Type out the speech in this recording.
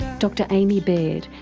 dr amee baird,